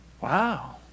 Wow